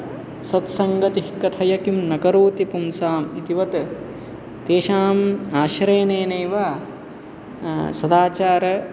सत्सङ्गतिः कथय किं न करोति पुंसां इतिवत् तेषाम् आश्रयनेनेव सदाचारः